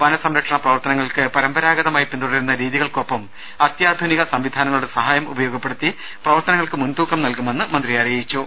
വനസംരക്ഷണ പ്രവർത്തനങ്ങൾക്ക് പരമ്പരാഗതമായി പിന്തുടരുന്ന രീതികൾക്കൊപ്പം അത്യന്താധുനിക സംവി ട ധാനങ്ങളുടെ സഹായം ഉപയോഗപ്പെടുത്തി പ്രവർ ത്തനങ്ങൾക്ക് മുൻതൂക്കം നൽകുമെന്ന് മന്ത്രി പറഞ്ഞു